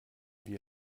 wir